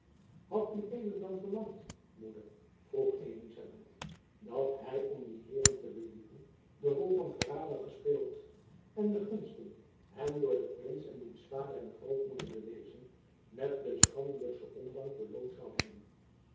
hadt ued dan verlangd moeder vroeg elizabeth dat hy om die heeren te believen de rol van verrader gespeeld en de gunsten hem door den prins en diens vader en grootmoeder bewezen met den schandelijksten ondank beloond zoû hebben